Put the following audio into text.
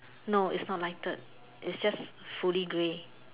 no it's not lighted it's just fully grey